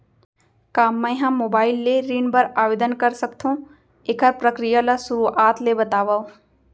का मैं ह मोबाइल ले ऋण बर आवेदन कर सकथो, एखर प्रक्रिया ला शुरुआत ले बतावव?